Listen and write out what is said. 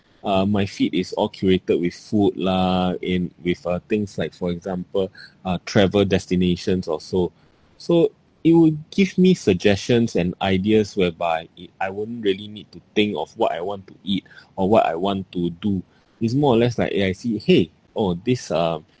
uh my feed is all curated with food lah in with uh things like for example uh travel destinations or so so it would give me suggestions and ideas whereby I won't really need to think of what I want to eat or what I want to do it's more or less like eh I see !hey! oh this uh